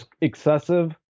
excessive